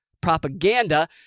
PROPAGANDA